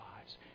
lives